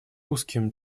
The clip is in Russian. узким